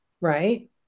right